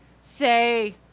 say